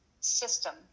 system